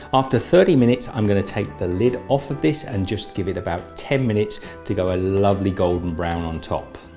after thirty minutes i'm going to take the lid off of this and just give it about ten minutes to go a lovely golden brown on top.